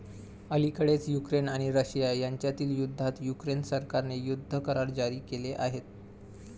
अलिकडेच युक्रेन आणि रशिया यांच्यातील युद्धात युक्रेन सरकारने युद्ध करार जारी केले आहेत